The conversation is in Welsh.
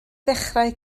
ddechrau